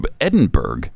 Edinburgh